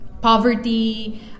Poverty